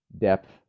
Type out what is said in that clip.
depth